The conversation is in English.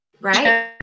Right